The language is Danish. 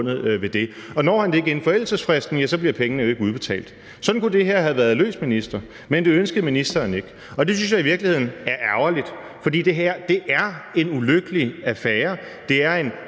når han det ikke inden forældelsesfristen, bliver pengene jo ikke udbetalt. Sådan kunne det her have været løst, minister, men det ønskede ministeren ikke, og det synes jeg i virkeligheden er ærgerligt, for det her er en ulykkelig affære.